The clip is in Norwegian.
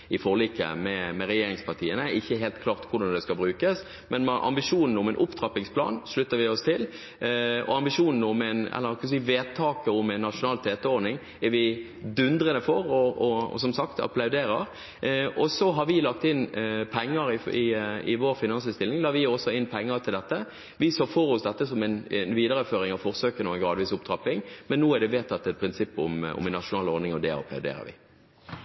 forliket med regjeringspartiene, skal brukes. Ambisjonen om en opptrappingsplan slutter vi oss til, og vedtaket om en nasjonal TT-ordning er vi dundrende for – og som sagt applauderer vi det. I vår finansinnstilling la vi også inn penger til dette. Vi så for oss dette som en videreføring av forsøkene og en gradvis opptrapping, men nå er et prinsipp om en nasjonal ordning vedtatt, og det applauderer vi.